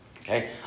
okay